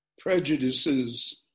prejudices